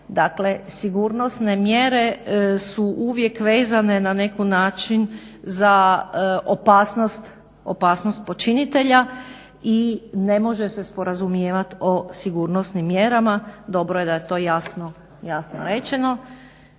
Dakle, sigurnosne mjere su uvijek vezane na neki način za opasnost počinitelja i ne može se sporazumijevat o sigurnosnim mjerama. Dobro je da je to jasno rečeno.